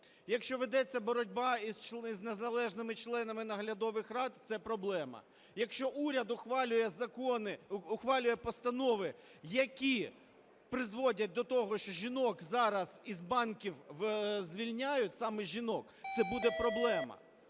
Якщо ведеться боротьба із незалежними членами наглядових рад – це проблема. Якщо уряд ухвалює постанови, які призводять до того, що жінок зараз із банків звільняють, саме жінок, це буде проблема.